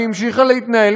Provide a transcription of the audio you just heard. והמשיכה להתנהל,